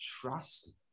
Trust